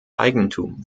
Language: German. eigentum